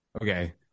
Okay